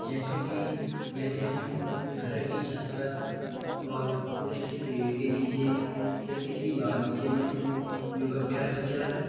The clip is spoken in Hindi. जैंसे कि मैंने अपने घर की छत पर और किसी पेड़ के नीचे या किसी बाग़ीचे में योग अभ्यास किया है